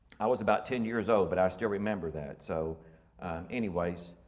i was about ten years old but i still remember that. so anyways,